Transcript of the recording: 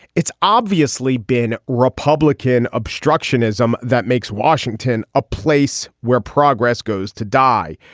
it's obviously been republican obstructionism that makes washington a place where progress goes to die.